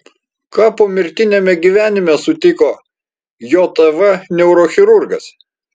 ką pomirtiniame gyvenime sutiko jav neurochirurgas